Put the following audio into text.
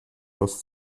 das